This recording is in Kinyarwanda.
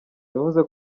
yavuze